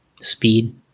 speed